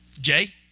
Jay